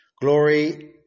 glory